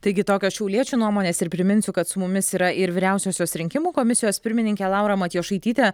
taigi tokios šiauliečių nuomonės ir priminsiu kad su mumis yra ir vyriausiosios rinkimų komisijos pirmininkė laura matjošaitytė